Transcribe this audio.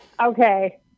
okay